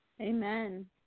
amen